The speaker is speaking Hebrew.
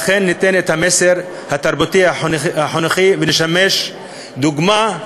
אכן ניתן את המסר התרבותי-החינוכי ונשמש דוגמה,